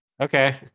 Okay